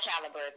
caliber